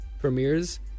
premieres